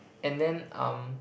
and then um